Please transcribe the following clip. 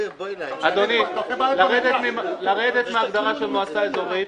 אדוני, לרדת מההגדרה של מועצה אזורית.